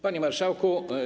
Panie Marszałku!